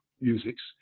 musics